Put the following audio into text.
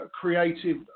creative